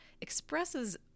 expresses